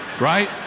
right